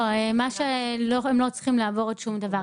לא, הם לא צריכים לעבור עוד שום דבר.